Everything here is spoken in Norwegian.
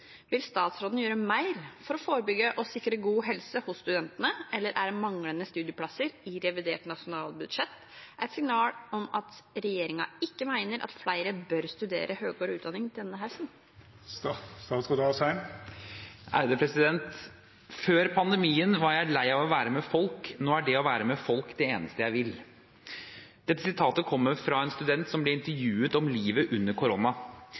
Vil statsråden gjøre mer for å forebygge og sikre god helse hos studentene, eller er manglende studieplasser i revidert nasjonalbudsjett et signal om at regjeringa ikke mener at flere bør studere høyere utdanning denne høsten?» «Før pandemien var jeg lei av å være med folk. Nå er det å være med folk det eneste jeg vil.» Dette sitatet kommer fra en student som ble intervjuet om livet under korona.